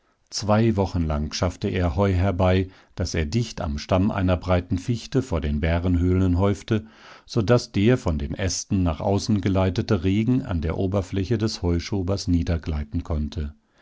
zwei wochen lang schaffte er heu herbei das er dicht am stamm einer breiten fichte vor den bärenhöhlen häufte so daß der von den ästen nach außen geleitete regen an der oberfläche des heuschobers niedergleiten konnte